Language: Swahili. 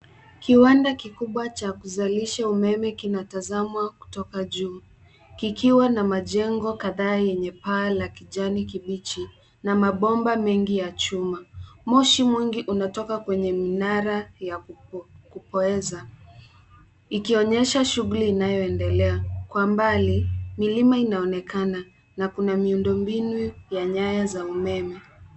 Kiwanda kikubwa cha kuzalisha umeme kinatazamwa kutoka juu kikiwa na majengo kadhaa yenye paa la kijani kibichi na mabomba mengi ya chuma. Moshi mwingi unatoka kwenye minara ya kupoeza ikionyesha shughuli inayoendelea. Kwa mbali, milima inaonekana na kuna miundombinu ya nyaya za umeme.